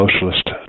socialist